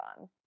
on